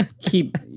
Keep